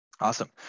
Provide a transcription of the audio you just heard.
awesome